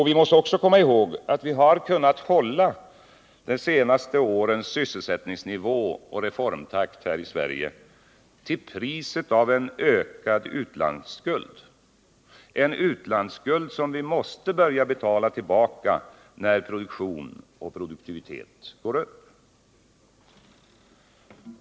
Vi måste också komma ihåg att vi har kunnat hålla de senaste årens sysselsättningsnivå och reformtakt här i Sverige till priset av en ökad utlandsskuld, som vi måste börja betala tillbaka när produktion och produktivitet går upp.